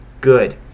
Good